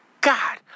God